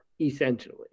essentially